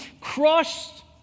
crushed